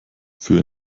für